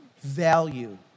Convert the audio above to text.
value